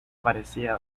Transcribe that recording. parecía